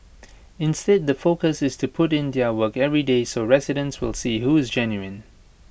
instead the focus is to put in their work every day so residents will see who is genuine